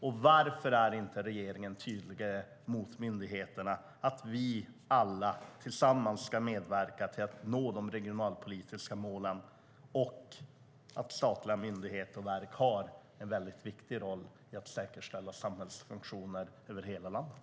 Och varför är inte regeringen tydligare mot myndigheterna om att vi alla tillsammans ska medverka till att nå de regionalpolitiska målen och att statliga myndigheter och verk har en viktig roll i att säkerställa samhällsfunktioner över hela landet?